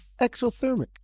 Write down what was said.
exothermic